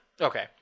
Okay